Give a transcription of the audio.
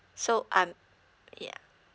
so I'm yeah